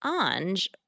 Ange